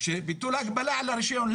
ביטול הגבלה על הרישיון.